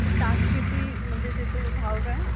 ताक किती म्हणजे त्याचे भाव काय